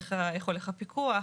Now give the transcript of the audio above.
איך הולך הפיקוח,